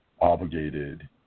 obligated